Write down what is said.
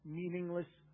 meaningless